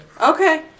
okay